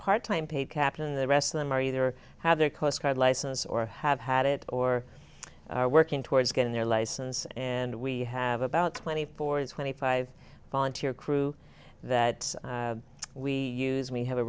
part time paid captain the rest of them are either have their coast guard license or have had it or are working towards getting their license and we have about twenty four twenty five volunteer crew that we use we have a